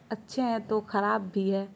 اچھے ہیں تو خراب بھی ہے